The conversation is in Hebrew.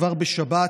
כבר בשבת